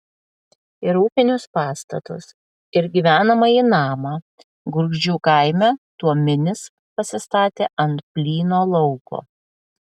ir ūkinius pastatus ir gyvenamąjį namą gurgždžių kaime tuominis pasistatė ant plyno lauko